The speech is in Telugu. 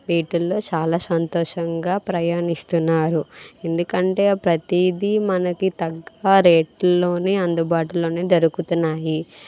వీటిల్లో చాలా సంతోషంగా ప్రయాణిస్తున్నారు ఎందుకంటే ప్రతిదీ మనకి తగ్గ రేటులలోనే అందుబాటులోనే దొరుకుతున్నాయి